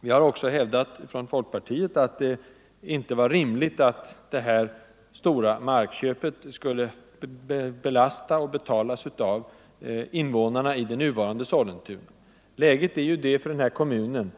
Folkpartiet har även hävdat att det inte vore rimligt att detta stora markköp skulle belasta och betalas av invånarna i nuvarande Sollentuna. Även